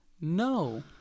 No